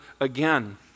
again